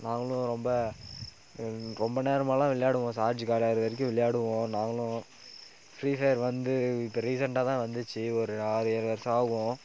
நாங்களும் ரொம்ப ரொம்ப நேரமல்லாம் விளையாடுவோம் சார்ஜ் காலியாகிற வரைக்கு விளையாடுவோம் நாங்களும் ஃப்ரீஃபயர் வந்து இப்போ ரீசண்டாக தான் வந்துச்சு ஒரு ஆறு ஏழு வர்ஷம் ஆகும்